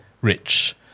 rich